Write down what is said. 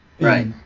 Right